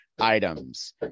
items